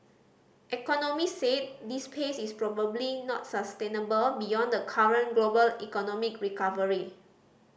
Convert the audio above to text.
economist said this pace is probably not sustainable beyond the current global economic recovery